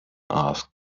asked